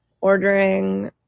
ordering